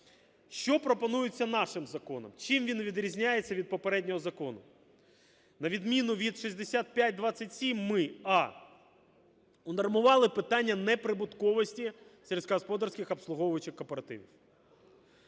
Що пропонується нашим законом, чим він відрізняється від попереднього закону. На відміну від 6527, ми: а) унормували питання неприбутковості сільськогосподарських обслуговуючих кооперативів;